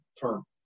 term